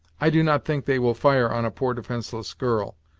i do not think they will fire on a poor defenceless girl,